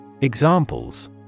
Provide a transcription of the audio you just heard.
Examples